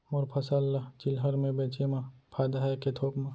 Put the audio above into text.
मोर फसल ल चिल्हर में बेचे म फायदा है के थोक म?